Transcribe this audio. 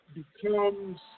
becomes